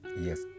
Yes